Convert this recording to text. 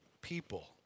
people